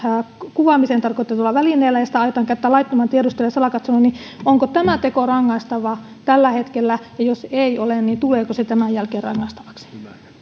kuvaamiseen tarkoitetuilla välineillä ja sitä aiotaan käyttää laittomaan tiedusteluun tai salakatseluun onko tämä teko rangaistavaa tällä hetkellä ja jos ei ole niin tuleeko se tämän jälkeen rangaistavaksi